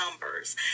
numbers